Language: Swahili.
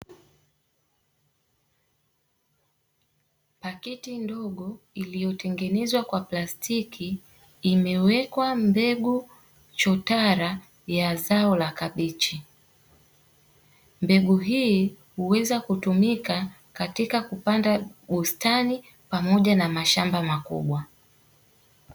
Pakiti ndogo iliyotengenezwa kwa plastiki imewekwa mbegu chotara ya zao la kabichi. Mbegu hii huweza kutumika katika kupanda bustani pamoja na mshamba makubwa.